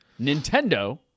Nintendo